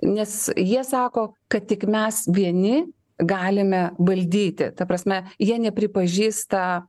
nes jie sako kad tik mes vieni galime valdyti ta prasme jie nepripažįsta